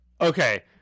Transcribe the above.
Okay